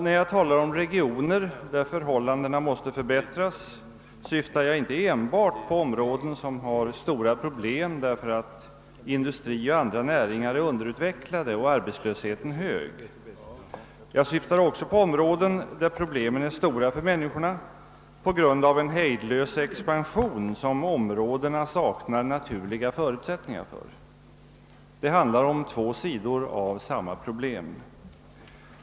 När jag talar om regioner, där förhållandena måste förbättras, syftar jag inte enbart på områden som har stora problem därför att industri och andra näringar är underutvecklade och arbetslösheten hög. Jag syftar också på områden, där problemen är stora för människorna på grund av en hejdlös expansion, som områdena saknar naturliga förutsättningar för. Det handlar om två sidor av samma problem.